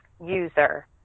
user